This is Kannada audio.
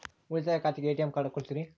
ಉಳಿತಾಯ ಖಾತೆಗೆ ಎ.ಟಿ.ಎಂ ಕಾರ್ಡ್ ಕೊಡ್ತೇರಿ?